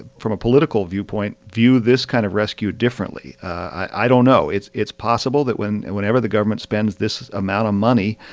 from a political viewpoint, view this kind of rescue differently? i don't know. it's it's possible that and whenever the government spends this amount of money,